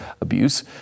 abuse